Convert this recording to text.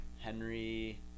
Henry